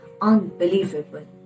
unbelievable